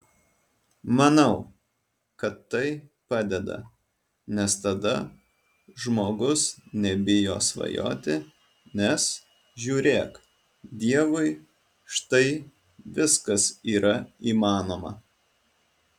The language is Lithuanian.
manau kad tai padeda nes tada žmogus nebijo svajoti nes žiūrėk dievui štai viskas yra įmanoma